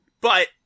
but-